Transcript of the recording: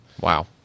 Wow